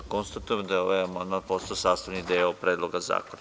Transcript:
Konstatujem da je ovaj amandman postao sastavni deo Predloga zakona.